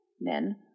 men